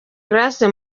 grace